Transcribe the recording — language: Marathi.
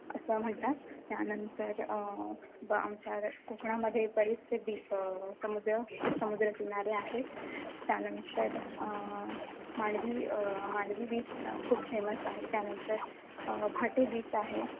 असं म्हणतात त्यानंतर ब आमच्या कोकणामध्ये बरेचसे बीच समुद्र समुद्र किनारे आहेत त्यानंतर मांडवी मांडवी बीच खूप फेमस आहे त्यानंतर भाटे बीच आहे